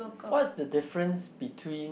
what's the difference between